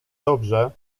dobrze